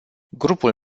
grupul